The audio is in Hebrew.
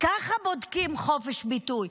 ככה בודקים חופש ביטוי.